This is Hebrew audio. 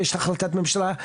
יש החלטת ממשלה,